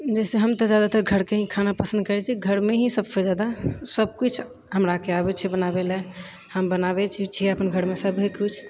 जैसेकि हम तऽ जादातर घरके ही खाना पसन्द करै छिए घरमे ही सबसँ जादा सबकुछ हमराकेँ आबै छै बनाबै लऽ हम बनाबै छी छिए अपन घरमे सबे किछु